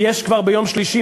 ויש כבר ביום שלישי,